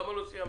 למה לא סיימתם?